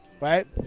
right